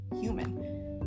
human